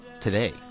Today